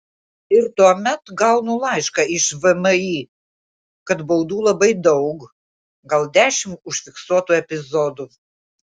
ir tuomet gaunu laišką iš vmi kad baudų labai daug gal dešimt užfiksuotų epizodų